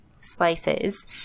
slices